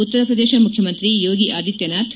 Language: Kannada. ಉತ್ತರಪ್ರದೇಶ ಮುಖ್ಯಮಂತ್ರಿ ಯೋಗಿ ಆದಿತ್ವನಾಥ್